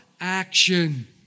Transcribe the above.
Action